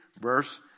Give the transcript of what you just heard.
verse